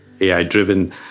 AI-driven